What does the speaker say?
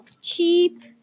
Cheap